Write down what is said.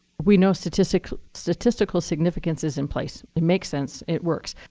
we know statistical statistical significance is in place. it makes sense. it works.